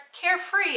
carefree